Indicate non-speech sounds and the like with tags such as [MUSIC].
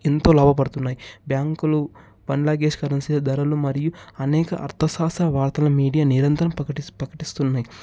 ఎంతో లాభపడుతున్నాయి బ్యాంకులు [UNINTELLIGIBLE] ధరలు మరియు అనేక అర్దశాస్త్ర వార్తల మీడియా నిరంతరం ప్రకటిస్తూ ప్రకటిస్తున్నాయి